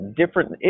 different